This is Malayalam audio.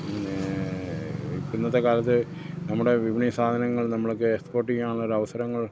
പിന്നേ ഇന്നത്തെ കാലത്ത് നമ്മുടെ വിപണി സാധനങ്ങൾ നമ്മൾക്ക് എക്സ്പോർട്ട് ചെയ്യാനുള്ള ഒരു അവസരങ്ങൾ